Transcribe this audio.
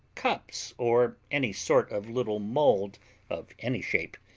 cups, or any sort of little mold of any shape.